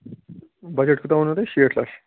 budget کوٗتاہ ووٚنوٕ تۄہہِ شیٹھ لَچھ